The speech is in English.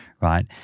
right